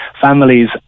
families